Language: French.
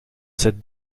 cette